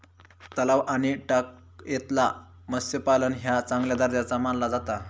तलाव आणि टाकयेतला मत्स्यपालन ह्या चांगल्या दर्जाचा मानला जाता